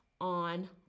on